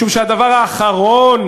משום שהדבר האחרון,